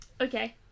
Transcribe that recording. Okay